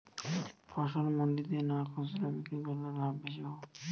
ফসল মন্ডিতে না খুচরা বিক্রি করলে লাভ বেশি পাব?